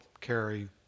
carry